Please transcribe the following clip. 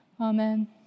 Amen